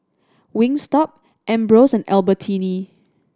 Wingstop Ambros and Albertini